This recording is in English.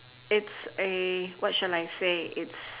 it's a what shall I say it's